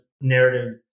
narrative